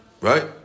right